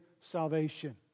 salvation